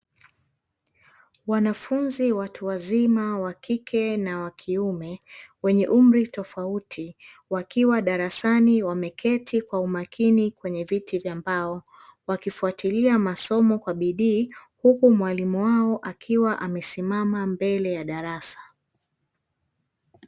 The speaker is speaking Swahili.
Wanafunzi watu wazima wakike na wakiume, wenye umri tofauti, wakiwa darasani wameketi kwa umakini, kwenye viti vya mbao, wakifuatilia masomo kwa bidii, huku mwalimu wao, akiwa amesimama mbele ya darasa.